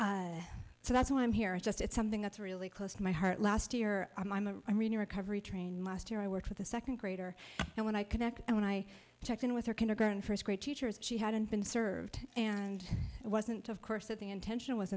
and so that's why i'm here it's just it's something that's really close to my heart last year i'm a recovery train last year i worked with a second grader and when i connect and when i checked in with her kindergarten first grade teachers she hadn't been served and it wasn't of course that the intention was